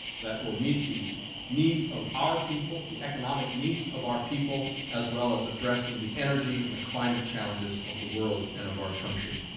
that will meet the needs of our people, the economic needs of our people, as welcome as addressing the energy and the climate challenges of the world and of our country.